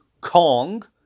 Kong